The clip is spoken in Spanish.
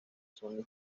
sonny